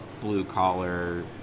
blue-collar